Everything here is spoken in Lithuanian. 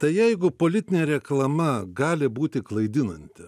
tai jeigu politinė reklama gali būti klaidinanti